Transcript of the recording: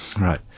Right